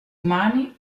umani